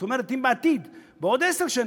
זאת אומרת, אם בעתיד, בעוד עשר שנים,